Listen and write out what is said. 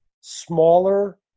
smaller